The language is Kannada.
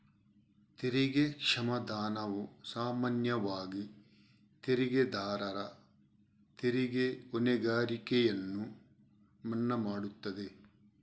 ತೆರಿಗೆ ಕ್ಷಮಾದಾನವು ಸಾಮಾನ್ಯವಾಗಿ ತೆರಿಗೆದಾರರ ತೆರಿಗೆ ಹೊಣೆಗಾರಿಕೆಯನ್ನು ಮನ್ನಾ ಮಾಡುತ್ತದೆ